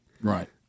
Right